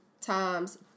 times